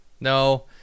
no